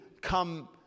come